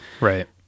Right